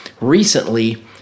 recently